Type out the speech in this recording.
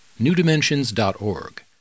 newdimensions.org